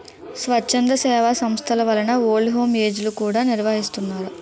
స్వచ్ఛంద సేవా సంస్థల వలన ఓల్డ్ హోమ్ ఏజ్ లు కూడా నిర్వహిస్తున్నారు